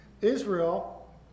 Israel